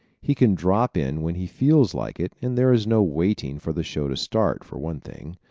he can drop in when he feels like it and there is no waiting for the show to start, for one thing.